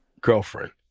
girlfriend